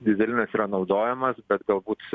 dyzelinas yra naudojamas bet galbūt